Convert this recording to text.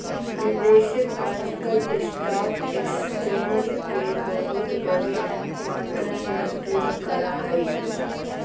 निवेशक आजकल stock exchange के बहुत बडी मात्रा में उपयोग करा हई